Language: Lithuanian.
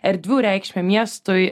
erdvių reikšmę miestui